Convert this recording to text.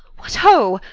what ho,